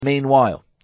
Meanwhile